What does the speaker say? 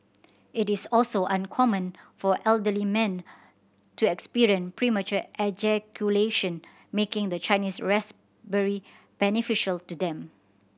it is also uncommon for elderly men to experience premature ejaculation making the Chinese raspberry beneficial to them